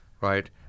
right